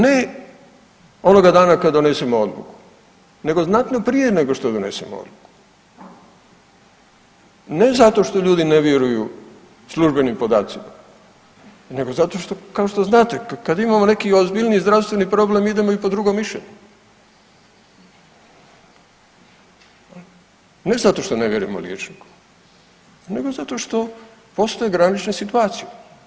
Ne onoga dana kad donesemo odluku nego znatno prije nego što donesemo odluku, ne zato što ljudi ne vjeruju službenim podacima nego zato kao što znate kad imamo neki ozbiljniji zdravstveni problem idemo i po drugo mišljenje, ne zato što ne vjerujemo liječniku nego zato što postoje granične situacije.